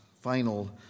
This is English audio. final